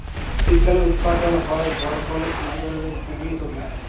শীতকালে উৎপাদল হ্যয় বরকলি ইক ধরলের গিরিল সবজি